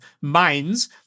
minds